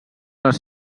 les